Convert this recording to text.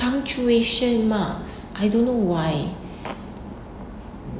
punctuation marks I don't know why